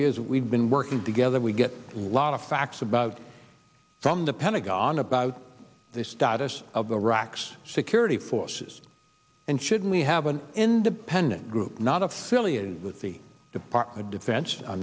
years we've been working together we get a lot of facts about from the pentagon about the status of the rocks security forces and should we have an independent group not affiliated with the department defense